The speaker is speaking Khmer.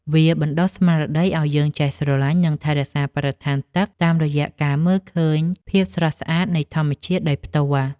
វាបណ្ដុះស្មារតីឱ្យយើងចេះស្រឡាញ់ និងថែរក្សាបរិស្ថានទឹកតាមរយៈការមើលឃើញភាពស្រស់ស្អាតនៃធម្មជាតិដោយផ្ទាល់។